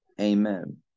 Amen